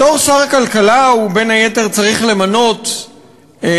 בתור שר הכלכלה הוא, בין היתר, צריך למנות או